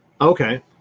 Okay